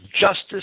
justice